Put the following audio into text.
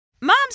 Moms